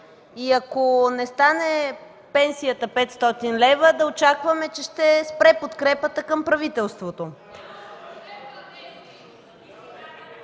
и ако не стане пенсията 500 лв., да очакваме, че ще спре подкрепата към правителството.